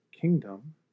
kingdom